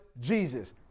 Jesus